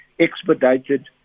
expedited